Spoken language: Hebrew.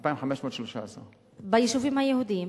2,513. ביישובים היהודיים.